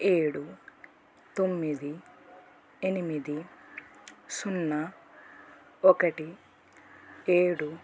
ఏడు తొమ్మిది ఎనిమిది సున్నా ఒకటి ఏడు